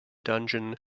dungeon